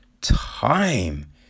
time